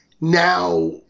now